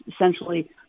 essentially